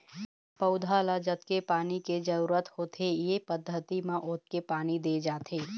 पउधा ल जतके पानी के जरूरत होथे ए पद्यति म ओतके पानी दे जाथे